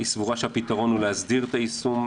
היא סבורה שהפתרון הוא להסדיר את היישום,